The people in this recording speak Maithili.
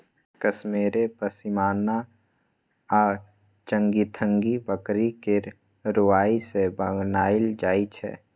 कश्मेरे पश्मिना आ चंगथंगी बकरी केर रोइयाँ सँ बनाएल जाइ छै